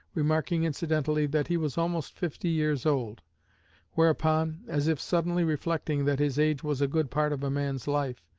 remarking incidentally that he was almost fifty years old whereupon, as if suddenly reflecting that his age was a good part of a man's life,